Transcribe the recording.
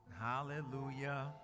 hallelujah